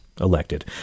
elected